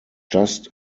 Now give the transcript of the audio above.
just